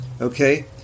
Okay